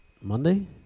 Monday